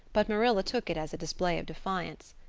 but marilla took it as a display of defiance.